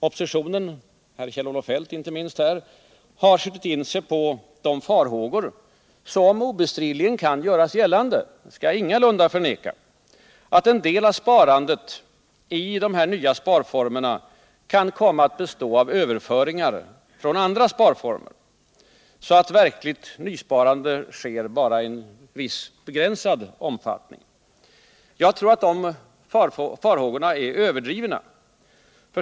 Oppositionen, inte minst herr Kjell-Olof Feldt här i dag, har skjutit in sig på de farhågor som obestridligen kan göras gällande — det skall jag ingalunda förneka — att en del av sparandet i dessa nya sparformer kan komma att bestå i överföringar från andra sparformer, så att det verkliga nysparandet sker bara i en viss begränsad omfattning. Jag tror att de farhågorna är överdrivna.